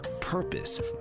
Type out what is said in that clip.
purpose